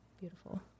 Beautiful